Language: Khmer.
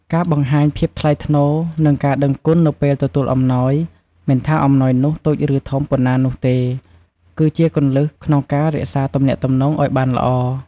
ការបង្ហាញភាពថ្លៃថ្នូរ និងការដឹងគុណនៅពេលទទួលអំណោយ មិនថាអំណោយនោះតូចឬធំប៉ុណ្ណានោះទេ គឺជាគន្លឹះក្នុងការរក្សាទំនាក់ទំនងឲ្យបានល្អ។